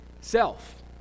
self